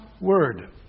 word